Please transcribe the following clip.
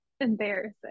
embarrassing